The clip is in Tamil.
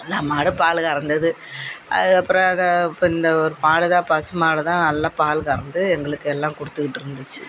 எல்லா மாடும் பால் கறந்தது அதுக்கப்புறம் இப்போ இந்த ஒரு மாடு தான் பசு மாடு தான் நல்லா பால் கறந்து எங்களுக்கெல்லாம் கொடுத்துக்கிட்டு இருந்துச்சு